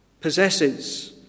Possesses